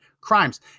crimes